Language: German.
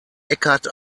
eckhart